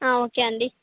okay అండీ